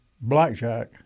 blackjack